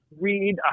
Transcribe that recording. read